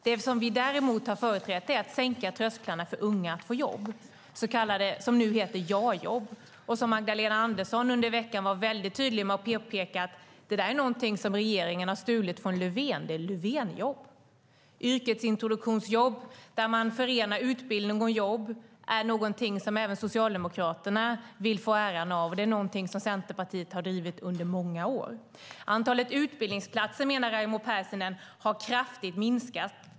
Det som vi däremot har företrätt är att man ska sänka trösklarna för unga att få jobb, det som nu heter YA-jobb. Magdalena Andersson var under veckan väldigt tydlig med att påpeka att det är någonting som regeringen har stulit från Löfven. Det är Löfvenjobb. Yrkesintroduktionsjobb, där man förenar utbildning och jobb, är någonting som även Socialdemokraterna vill få äran av. Det är någonting som Centerpartiet har drivit under många år. Raimo Pärssinen menar att antalet utbildningsplatser har minskat kraftigt.